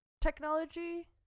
technology